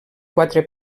quatre